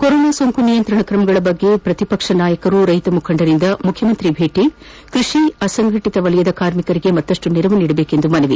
corona ಸೋಂಕು ನಿಯಂತ್ರಣ ಕ್ರಮಗಳ ಕುರಿತು ಪ್ರತಿಪಕ್ಷ ನಾಯಕರು ರೈತ ಮುಖಂಡರಿಂದ ಮುಖ್ಯಮಂತ್ರಿ ಭೇಟ ಕೃಷಿ ಅಸಂಘಟತ ಕಾರ್ಮಿಕರಿಗೆ ಮತ್ತಪ್ಪು ನೆರವು ನೀಡುವಂತೆ ಮನವಿ